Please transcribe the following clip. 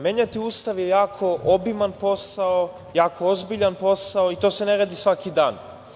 Menjati Ustav je jako obiman posao, jako ozbiljan posao i to se ne radi svaki dan.